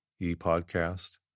ePodcast